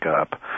up